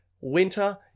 Winter